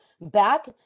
back